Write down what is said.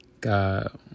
God